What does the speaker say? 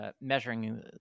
measuring